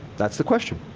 that's the question.